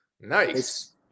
Nice